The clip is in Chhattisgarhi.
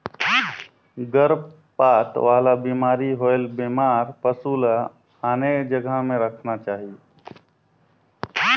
गरभपात वाला बेमारी होयले बेमार पसु ल आने जघा में रखना चाही